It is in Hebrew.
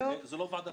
--- זו לא ועדת